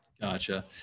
Gotcha